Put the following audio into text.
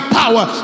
power